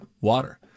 water